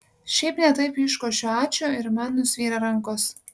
šiaip ne taip iškošiu ačiū ir man nusvyra rankos